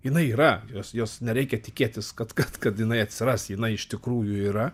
jinai yra jos jos nereikia tikėtis kad kad kad jinai atsiras jinai iš tikrųjų yra